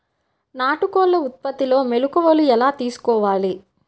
నాటుకోళ్ల ఉత్పత్తిలో మెలుకువలు ఎలా తెలుసుకోవాలి?